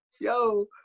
Yo